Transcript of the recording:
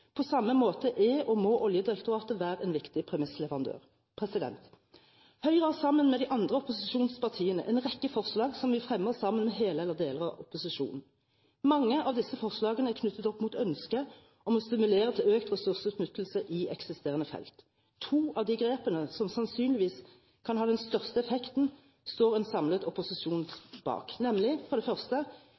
samme måte er og må Oljedirektoratet være en viktig premissleverandør. Høyre har sammen med de andre opposisjonspartiene en rekke forslag som vi fremmer sammen med hele eller deler av opposisjonen. Mange av disse forslagene er knyttet opp mot ønsket om å stimulere til økt ressursutnyttelse i eksisterende felt. To av de grepene som sannsynligvis kan ha den største effekten, står en samlet opposisjon bak, nemlig: For det første: